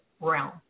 realm